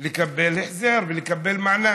לקבל החזר ולקבל מענק.